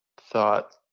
thought